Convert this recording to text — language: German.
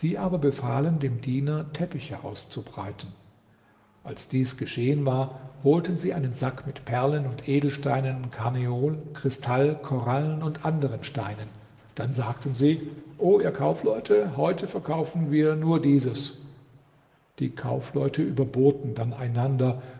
aber befahlen dem diener teppiche auszubreiten als dies geschehen war holten sie einen sack mit perlen und edelsteinen karneol kristall korallen und anderen steinen dann sagten sie o ihr kaufleute heute verkaufen wir nur dieses die kaufleute überboten dann einander